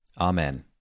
Amen